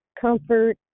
comfort